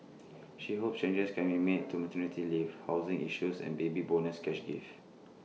she hopes changes can be made to maternity leave housing issues and Baby Bonus cash gift